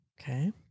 Okay